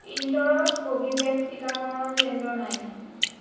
ইন্দোৰত Covovax টীকাকৰণ কেন্দ্ৰ নাই